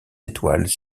étoiles